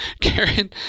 Karen